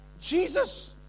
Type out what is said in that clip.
Jesus